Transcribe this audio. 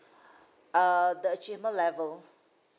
err the achievement level